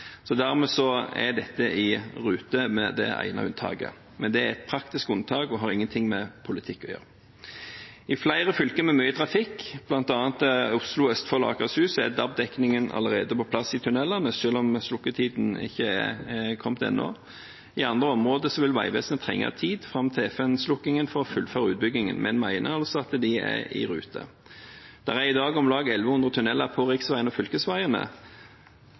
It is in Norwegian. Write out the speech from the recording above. Dermed er dette i rute, med det ene unntaket, men det er et praktisk unntak og har ingenting med politikk å gjøre. I flere fylker med mye trafikk, bl.a. Oslo, Østfold og Akershus, er DAB-dekningen allerede på plass i tunnelene, selv om slukketiden ikke er kommet ennå. I andre områder vil Vegvesenet trenge tid fram til FM-slukkingen for å fullføre utbyggingen, men mener altså at de er i rute. Det er i dag om lag 1 100 tunneler på riksveiene og fylkesveiene,